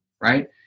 right